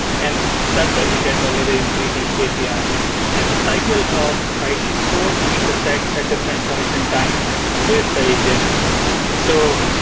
and that's where you get a living, breathing api. and the cycle of writing code intersects at different points in time with the api ah like ah so